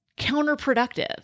counterproductive